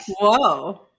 Whoa